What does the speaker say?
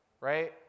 right